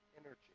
energy